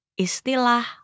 Istilah